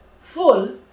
full